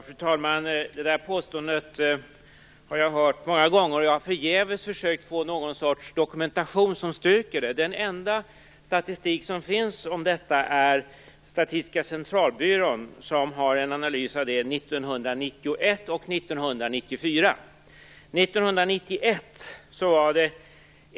Fru talman! Det är ett påstående som jag har hört många gånger. Jag har förgäves försökt få någon sorts dokumentation som styrker det. Den enda statistik som finns om detta är analyser av Statistiska centralbyrån från 1991 och 1994.